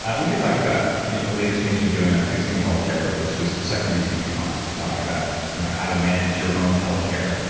and we could talk about the latest things you're doing on fixing healthcare, which was the second reason you came on was to talk about you know how to manage your own healthcare.